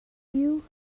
you